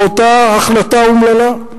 באותה החלטה אומללה.